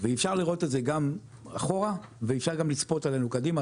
ואפשר לראות את זה גם אחורה ואפשר גם לצפות עלינו קדימה,